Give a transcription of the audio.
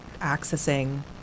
accessing